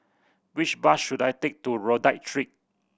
which bus should I take to Rodyk Street